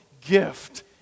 gift